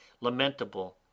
lamentable